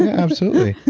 absolutely.